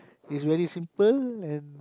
it's very simple and